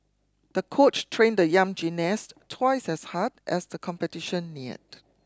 the coach trained the young gymnast twice as hard as the competition neared